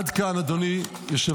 עד כאן כלכלה, אדוני היושב-ראש.